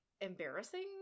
embarrassing